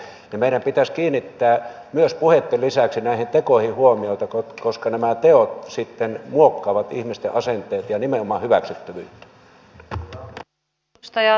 ja meidän pitäisi kiinnittää puheitten lisäksi myös näihin tekoihin huomiota koska nämä teot sitten muokkaavat ihmisten asenteita ja nimenomaan hyväksyttävyyttä